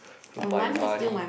so my money